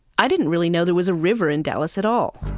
i didn't really know there was a river in dallas at all.